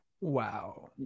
wow